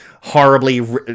horribly